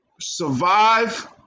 Survive